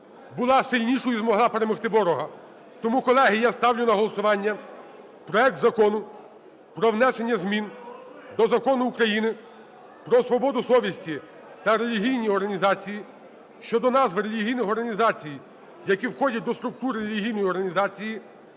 була сильнішою і змогла перемогти ворога. Тому, колеги, я ставлю на голосування проект Закону про внесення змін до Закону України про свободу совісті та релігійні організації" щодо назви релігійних організацій, які входять до структури релігійної організації,